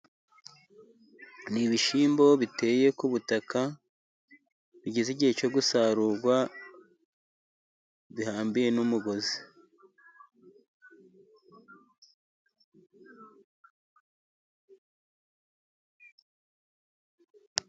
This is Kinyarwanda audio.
Ni ibishyimbo biteye ku butaka bigeze igihe cyo gusarurwa, bihambiriye n'umugozi.